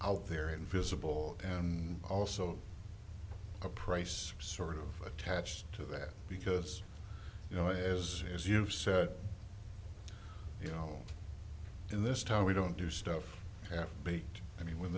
out there invisible and also a price sort of attached to that because you know as as you said you know in this town we don't do stuff half baked i mean when